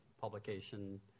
publication